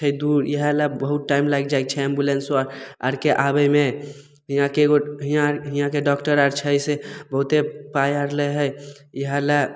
छै दूर इएहले बहुत टाइम लागि जाइ छै एम्बुलेन्सो आर आरके आबैमे हिआँके एगो हिआँके डॉक्टर आर छै से बहुते पाइ आर लै हइ इएहले